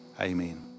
Amen